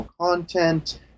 content